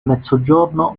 mezzogiorno